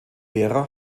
vera